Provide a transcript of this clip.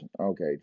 Okay